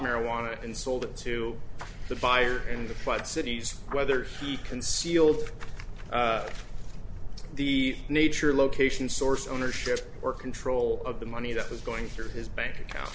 marijuana and sold it to the buyer in the plot cities whether he concealed the nature location source ownership or control of the money that was going through his bank account